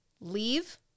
leave